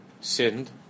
sinned